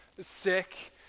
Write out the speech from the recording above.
sick